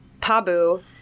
pabu